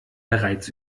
bereits